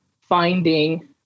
finding